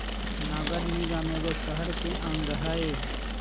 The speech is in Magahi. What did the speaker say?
नगर निगम एगो शहरके अङग हइ